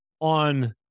on